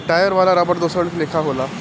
tyre वाला रबड़ दोसर लेखा होला